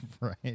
Right